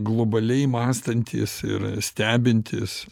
globaliai mąstantys ir stebintys